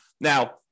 Now